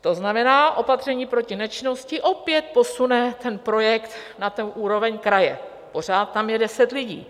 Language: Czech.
To znamená, opatření proti nečinnosti opět posune ten projekt na úroveň kraje pořád tam je deset lidí.